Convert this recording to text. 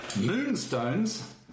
Moonstones